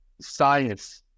science